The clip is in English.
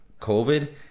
COVID